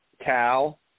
Cal